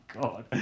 God